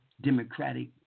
democratic